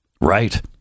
Right